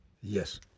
Yes